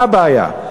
מה הבעיה?